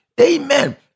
Amen